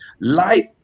Life